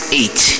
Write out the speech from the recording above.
eight